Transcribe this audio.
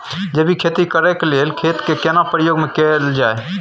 जैविक खेती करेक लैल खेत के केना प्रयोग में कैल जाय?